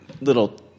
little